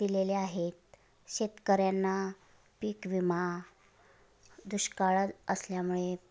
दिलेल्या आहेत शेतकऱ्यांना पीक विमा दुष्काळ असल्यामुळे